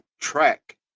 track